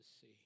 see